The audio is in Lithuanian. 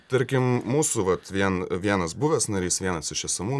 tarkim mūsų vat vien vienas buvęs narys vienas iš esamų